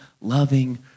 loving